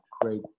great